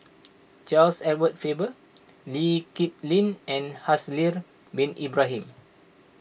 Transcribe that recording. Charles Edward Faber Lee Kip Lin and Haslir Bin Ibrahim